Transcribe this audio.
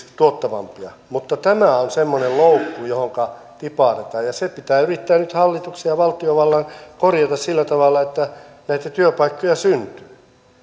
tuottavampia mutta tämä on semmoinen loukku johonka tipautetaan ja se pitää yrittää nyt hallituksen ja valtiovallan korjata sillä tavalla että näitä työpaikkoja syntyy